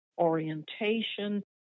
orientation